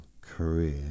career